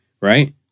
Right